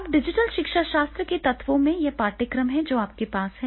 अब डिजिटल शिक्षाशास्त्र के तत्वों में यह पाठ्यक्रम है जो आपके पास है